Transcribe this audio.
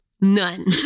None